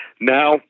now